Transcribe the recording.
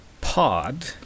pod